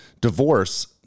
divorce